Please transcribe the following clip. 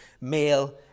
male